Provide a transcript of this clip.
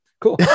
cool